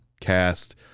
cast